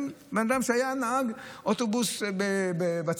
אם בן אדם שהיה נהג אוטובוס בצבא,